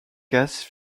casse